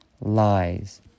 Lies